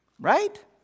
Right